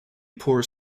poor